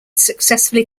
successfully